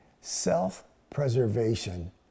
Self-preservation